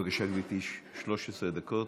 בבקשה, גברתי, 13 דקות.